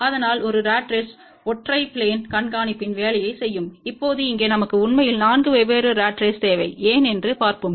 அதனால் ஒரு rod race ஒற்றை ப்லேன் கண்காணிப்பின் வேலையைச் செய்யும் இப்போது இங்கே நமக்கு உண்மையில் 4 வெவ்வேறு ராட் ரேஸ் தேவை ஏன் என்று பார்ப்போம்